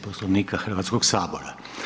Poslovnika Hrvatskog sabora.